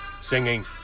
singing